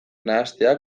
nahastea